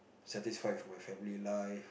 satisfied with my family life